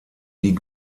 die